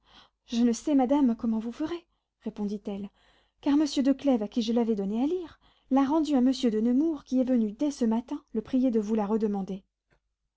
je ne sais madame comment vous ferez répondit-elle car monsieur de clèves à qui je l'avais donnée à lire l'a rendue à monsieur de nemours qui est venu dès ce matin le prier de vous la redemander